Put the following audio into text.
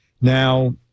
Now